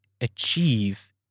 achieve